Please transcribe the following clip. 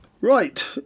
right